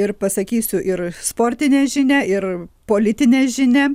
ir pasakysiu ir sportinę žinią ir politinę žinią